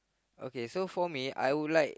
okay so for me I would like